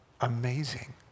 amazing